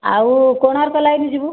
ଆଉ କୋଣାର୍କ ଲାଇନ ଯିବୁ